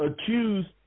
accused